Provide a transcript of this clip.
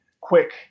quick